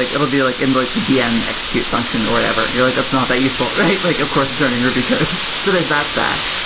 it will be like in the vm execute function or whatever. you're like, it's not that useful, right? like of course, it's running ruby code. so there's that stack.